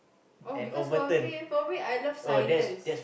oh because for me for me I love silence